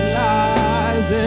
lies